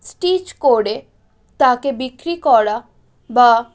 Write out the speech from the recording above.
stitch করে তাকে বিক্রি করা বা